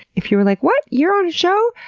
if you're like, what! you're on a show?